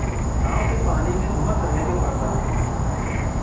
नाव से पानी में घुमत रहे के पड़ला